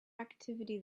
activity